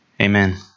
Amen